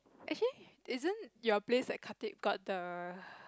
actually isn't your place at Khatib got the